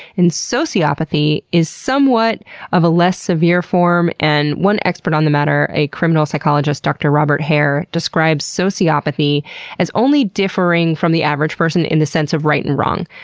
in sociopathy, is somewhat of a less severe form, and one expert on the matter, a criminal psychologist, dr. robert hare, describes sociopathy as only differing from the average person in the sense of right and wrong.